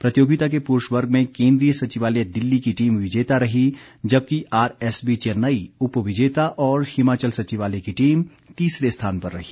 प्रतियोगिता के पुरूष वर्ग में केंद्रीय सचिवालय दिल्ली की टीम विजेता रही जबकि आरएसबीचेन्नई उप विजेता और हिमाचल सचिवालय की टीम तीसरे स्थान पर रही